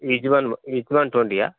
each one each one twenty ఆ